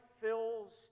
fills